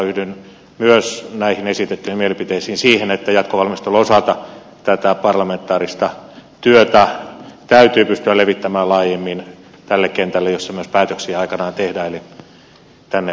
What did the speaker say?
yhdyn myös näihin esitettyihin mielipiteisiin siitä että jatkovalmistelun osalta tätä parlamentaarista työtä täytyy pystyä levittämään laajemmin tälle kentälle jossa myös päätöksiä aikanaan tehdään eli tänne parlamenttiin